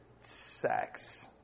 sex